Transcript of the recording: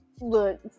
Look